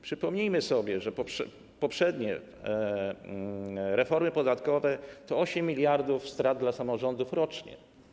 Przypomnijmy sobie, że poprzednie reformy podatkowe to 8 mld strat dla samorządów rocznie.